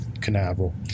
Canaveral